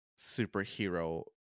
superhero